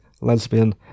lesbian